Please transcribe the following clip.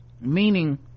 Meaning